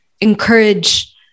encourage